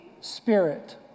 spirit